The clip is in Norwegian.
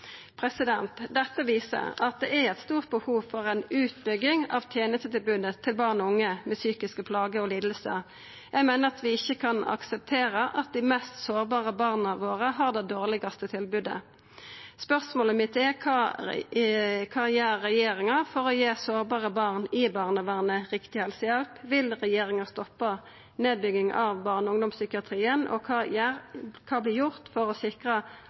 Dette viser at det er eit stort behov for ei utbygging av tenestetilbodet til barn og unge med psykiske plager og lidingar. Eg meiner vi ikkje kan akseptera at dei mest sårbare barna våre har det dårlegaste tilbodet. Spørsmålet mitt er: Kva gjer regjeringa for å gi sårbare barn i barnevernet rett helsehjelp? Vil regjeringa stoppa nedbygginga av barne- og ungdomspsykiatrien? Og kva vert gjort for å sikra